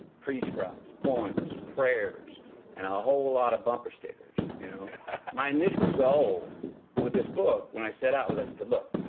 pre-scribes, poems, prayers and a whole lot of bumper stickers, you know? laughs my initial goal with this book, when i set out, was i said, look,